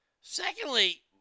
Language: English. Secondly